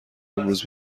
امروز